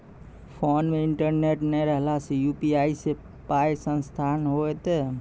Phone मे internet नै रहला सॅ, यु.पी.आई सॅ पाय स्थानांतरण हेतै?